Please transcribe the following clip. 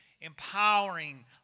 empowering